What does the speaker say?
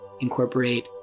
incorporate